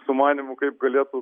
sumanymų kaip galėtų